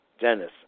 Dennis